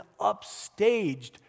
upstaged